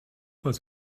was